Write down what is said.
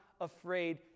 afraid